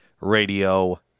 Radio